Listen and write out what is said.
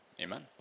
Amen